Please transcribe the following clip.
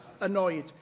annoyed